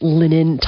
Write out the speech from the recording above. linen